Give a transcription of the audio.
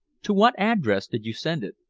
to what address did you send it?